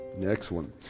Excellent